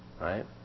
Right